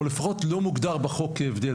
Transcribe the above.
או לפחות לא מוגדר בחוק כהבדל.